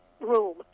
room